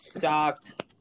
shocked